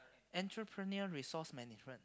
entrepreneur resource management